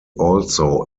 also